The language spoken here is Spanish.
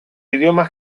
idiomas